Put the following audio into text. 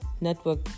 network